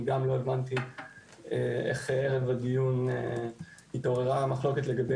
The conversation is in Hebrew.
אני גם לא הבנתי איך ערב הדיון התעוררה מחלוקת לגבי